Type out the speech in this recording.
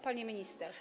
Pani Minister!